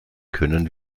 können